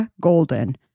Golden